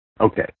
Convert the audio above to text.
Okay